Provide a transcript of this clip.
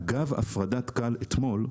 אגב הפרדת כאל אתמול,